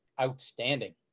outstanding